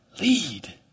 lead